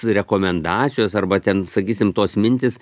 rekomendacijos arba ten sakysim tos mintys